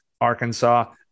Arkansas